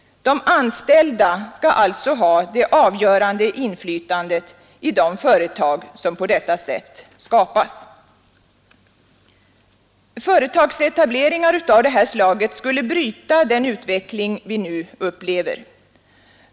De anställda skall alltså ha det avgörande inflytandet i de företag som på detta sätt skapas. Företagsetableringar av det här slaget skulle bryta den utveckling vi nu upplever.